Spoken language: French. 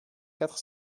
quatre